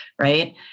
right